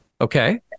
Okay